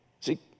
See